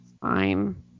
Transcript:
fine